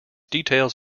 details